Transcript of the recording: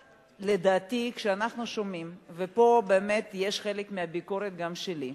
לדעתי, כשאנחנו שומעים, ופה חלק מהביקורת גם שלי,